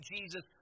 Jesus